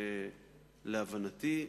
שלהבנתי,